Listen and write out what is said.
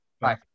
Bye